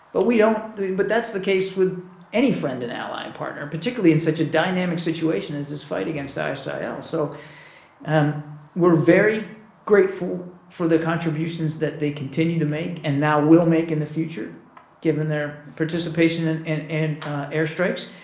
but we don't but that's the case with any friend and ally and partner, particularly in such a dynamic situation as this fight against ah isil. ah so and we're very grateful for the contributions that they continue to make and now will make in the future given their participation and in and airstrikes,